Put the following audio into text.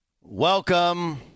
welcome